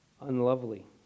unlovely